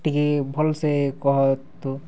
ଟିକେ ଭଲ୍ସେ କହ ତ